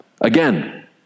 again